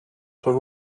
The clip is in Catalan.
són